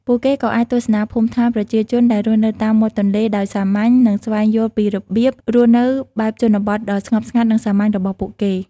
ពួកគេក៏អាចទស្សនាភូមិឋានប្រជាជនដែលរស់នៅតាមមាត់ទន្លេដោយសាមញ្ញ និងស្វែងយល់ពីរបៀបរស់នៅបែបជនបទដ៏ស្ងប់ស្ងាត់និងសាមញ្ញរបស់ពួកគាត់។